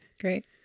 Great